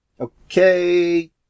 Okay